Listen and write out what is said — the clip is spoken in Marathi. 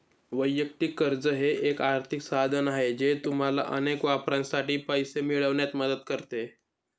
वैयक्तिक कर्ज हे एक आर्थिक साधन आहे जे तुम्हाला अनेक वापरांसाठी पैसे मिळवण्यात मदत करते